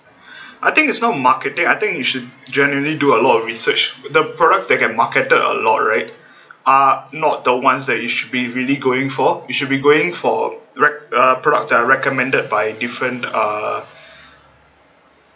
I think it's not marketing I think you should generally do a lot of research the product that get marketed a lot right are not the ones that you should be really going for you should be going for rec~ uh products that are recommended by different uh